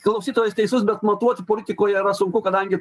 klausytojus teisus bet matuot politikoje yra sunku kadangi